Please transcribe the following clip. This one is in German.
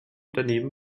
daneben